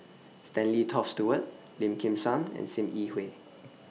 Stanley Toft Stewart Lim Kim San and SIM Yi Hui